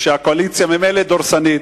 הקואליציה ממילא דורסנית,